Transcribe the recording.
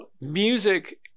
music